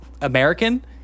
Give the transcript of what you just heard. American